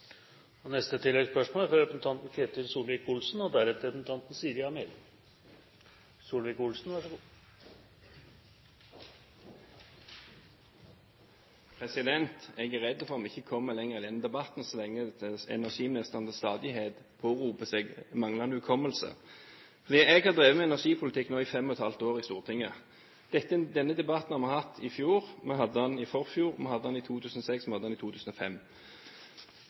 Ketil Solvik-Olsen – til oppfølgingsspørsmål. Jeg er redd for at vi ikke kommer lenger i denne debatten så lenge energiministeren til stadighet påberoper seg manglende hukommelse. Jeg har drevet med energipolitikk nå i fem og et halvt år i Stortinget. Denne debatten hadde vi i fjor, vi hadde den i forfjor, vi hadde den i 2006, og vi hadde den i 2005.